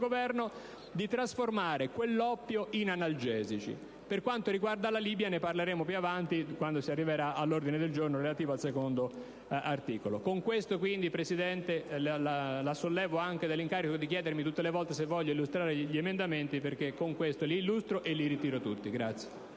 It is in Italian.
Governo - di trasformare quell'oppio in analgesici. Per quanto riguarda la Libia ne parleremo più avanti, quando si arriverà all'ordine del giorno relativo all'articolo 2. Quindi, signor Presidente, la sollevo anche dall'incomodo di chiedermi tutte le volte se voglio illustrare gli emendamenti, perché con questo mio intervento li ho illustrati,